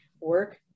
work